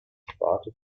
sparte